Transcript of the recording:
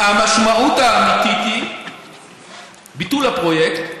המשמעות האמיתית היא ביטול הפרויקט,